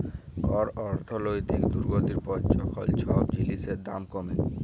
call অর্থলৈতিক দুর্গতির পর যখল ছব জিলিসের দাম কমে